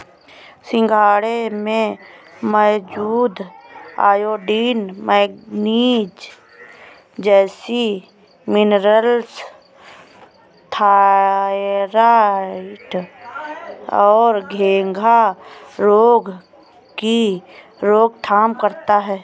सिंघाड़े में मौजूद आयोडीन, मैग्नीज जैसे मिनरल्स थायरॉइड और घेंघा रोग की रोकथाम करता है